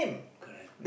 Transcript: correct